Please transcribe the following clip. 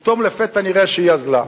פתאום, לפתע נראה שהיא אזלה.